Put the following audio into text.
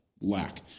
lack